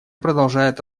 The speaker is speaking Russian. продолжает